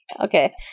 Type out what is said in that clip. Okay